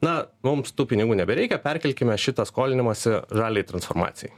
na mums tų pinigų nebereikia perkelkime šitą skolinimąsi žaliajai transformacijai